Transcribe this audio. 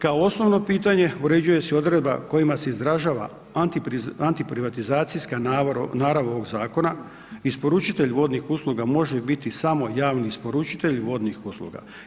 Kao osnovo pitanje, uređuje se odredba kojima se izražava antiprivatizacijska narav ovog zakona, isporučitelj vodnih usluga, može biti samo javni isporučitelj vodnih usluga.